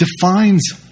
defines